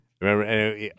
Remember